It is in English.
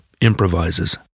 improvises